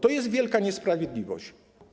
To jest wielka niesprawiedliwość.